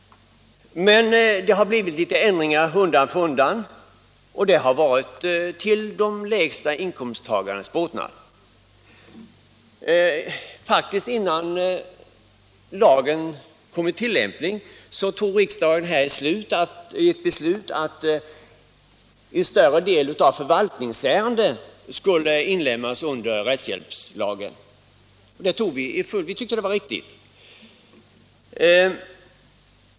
Det har gjorts litet ändringar undan för undan, och de har varit till båtnad för dem med lägre inkomster. Redan innan lagen kommit i tilllämpning fattade riksdagen beslut om att en större del av förvaltningsärendena skulle inlemmas under rättshjälpslagen. Vi tyckte att det var riktigt.